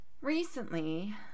Recently